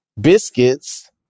biscuits